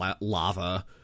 lava